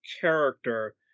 character